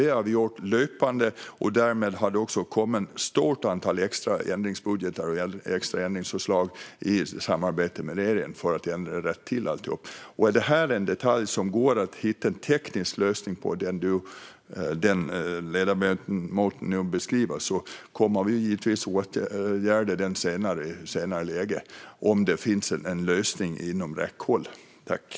Det har vi gjort löpande, och därmed har det också kommit ett stort antal extra ändringsbudgetar och extra ändringsförslag i samarbete med regeringen för att rätta till alltihop. Om det som ledamoten beskriver är en detalj som det går att hitta en teknisk lösning på - om det finns en lösning inom räckhåll - kommer vi givetvis att åtgärda detta i ett senare läge.